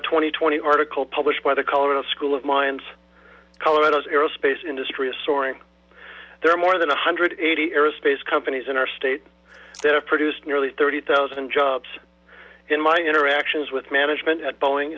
and twenty article published by the colorado school of mines colorado's aerospace industry is soaring there are more than one hundred and eighty aerospace companies in our state that have produced nearly thirty thousand jobs in my interactions with management at boeing